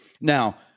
Now